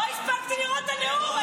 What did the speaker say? לא הספקתי לראות את הנאום.